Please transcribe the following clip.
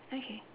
okay